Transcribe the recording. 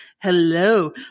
hello